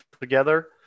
together